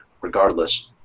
regardless